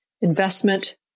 investment